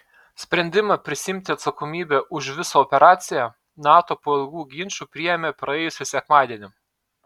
sprendimą prisiimti atsakomybę už visą operaciją nato po ilgų ginčų priėmė praėjusį sekmadienį